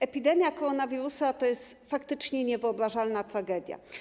Epidemia koronawirusa to jest faktycznie niewyobrażalna tragedia.